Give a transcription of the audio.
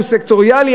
שהוא סקטוריאלי,